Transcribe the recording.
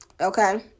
Okay